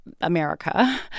America